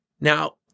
Now